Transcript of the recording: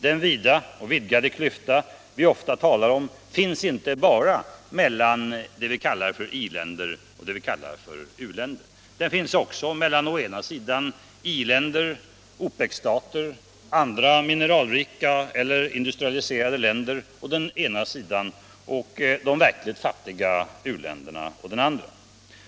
Den vida och vidgade klyfta vi ofta talar om finns inte bara mellan det vi kallar för i-länder och det vi kallar för u-länder. Den finns också mellan å ena sidan i-länder, OPEC-stater, andra mineralrika eller industrialiserade länder och å andra sidan de fattiga u-länderna.